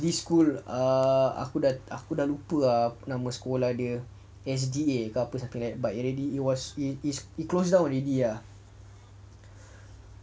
this school ah aku dah aku dah lupa ah nama sekolah dia S_D_A ke something like that it was it is it closed down already ah